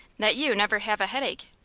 that you never have a headache.